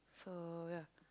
so ya